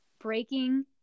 breaking